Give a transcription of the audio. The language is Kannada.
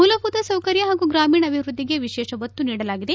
ಮೂಲಭೂತ ಸೌಕರ್ಯ ಹಾಗೂ ಗ್ರಾಮೀಣ ಅಭಿವೃದ್ದಿಗೆ ವಿಶೇಷ ಒತ್ತು ನೀಡಲಾಗಿದೆ